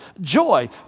Joy